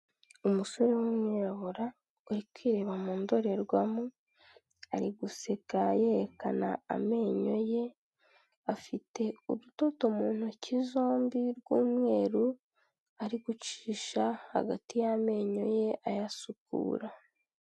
Umusore w'umwirabura uri kwireba mu ndorerwamo, ari guseka yerekana amenyo ye, afite urudodo mu ntoki zombi rw'umweru ari gucisha hagati y'amenyo ye ayasukura.